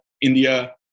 India